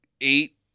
eight